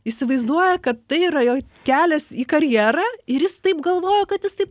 įsivaizduoja kad tai yra jo kelias į karjerą ir jis taip galvoja kad jis taip